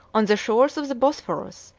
on the shores of the bosphorus,